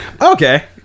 Okay